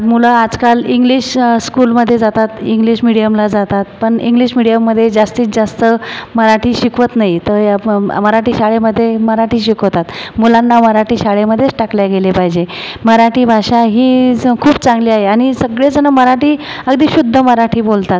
मुलं आजकाल इंग्लिश स्कूलमध्ये जातात इंग्लिश मिडियमला जातात पण इंग्लिश मिडियममध्ये जास्तीत जास्त मराठी शिकवत नाही तर या पम मराठी शाळेमध्ये मराठी शिकवतात मुलांना मराठी शाळेमध्येच टाकले गेले पाहिजे मराठी भाषा ही स् खूप चांगली आहे आणि सगळेजण मराठी अगदी शुद्ध मराठी बोलतात